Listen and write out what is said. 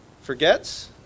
forgets